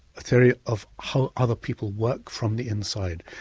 a theory of how other people work from the inside.